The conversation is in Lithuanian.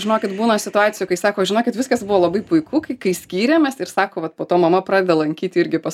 žinokit būna situacijų kai sako žinokit viskas buvo labai puiku kai kai skyrėmės ir sako vat po to mama pradeda lankyti irgi pas